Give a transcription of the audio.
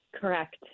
Correct